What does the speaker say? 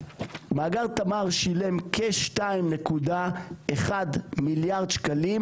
מאגר תמר שילם כ-2.1 מיליארד שקלים